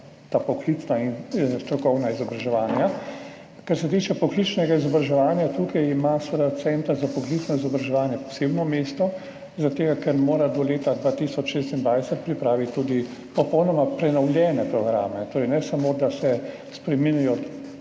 vsa poklicna in strokovna izobraževanja. Kar se tiče poklicnega izobraževanja, tukaj ima seveda Center za poklicno izobraževanje posebno mesto, zaradi tega ker mora do leta 2026 pripraviti tudi popolnoma prenovljene programe. Torej ne samo, da se spreminjajo